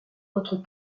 notre